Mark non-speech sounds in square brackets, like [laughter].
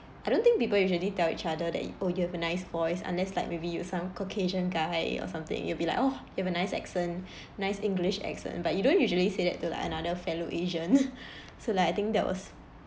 I don't think people usually tell each other that oh you have a nice voice unless like maybe you some caucasian guy or something you will be like oh you have a nice accent [breath] nice english accent but you don't usually say that to like another fellow asian [laughs] so like I think that was